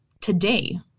today